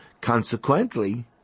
Consequently